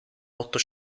otto